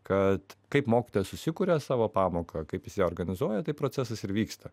kad kaip mokytojas susikuria savo pamoką kaip jis ją organizuoja taip procesas ir vyksta